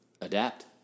adapt